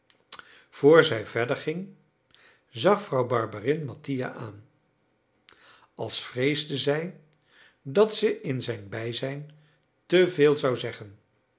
voor zij verder ging zag vrouw barberin mattia aan als vreesde zij dat ze in zijn bijzijn te veel zou zeggen